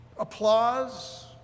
Applause